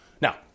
now